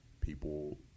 people